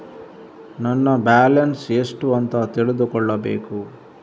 ನನ್ನ ಬ್ಯಾಲೆನ್ಸ್ ಎಷ್ಟು ಅಂತ ತಿಳಿದುಕೊಳ್ಳಬೇಕು?